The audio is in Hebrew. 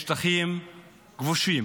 חיים בשטחים כבושים.